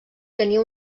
tenia